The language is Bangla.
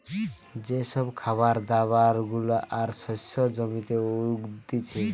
যে সব খাবার দাবার গুলা আর শস্য জমিতে উগতিচে